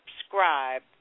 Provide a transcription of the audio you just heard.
subscribe